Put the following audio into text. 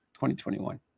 2021